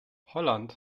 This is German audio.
holland